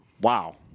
Wow